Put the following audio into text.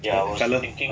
ya the fella